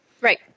right